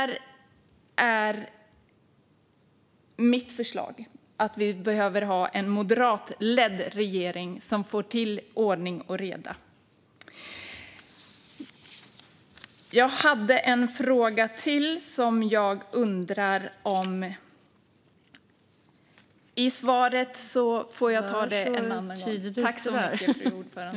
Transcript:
Mitt förslag är en moderatledd regering som får till ordning och reda. Jag har en fråga till, men jag får ta upp den en annan gång.